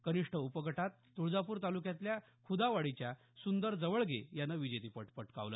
कनिष्ठ उपगटात तुळजापूर तालुक्यातल्या खुदावाडीच्या सुंदर जवळगे यानं विजेतेपद पटकावलं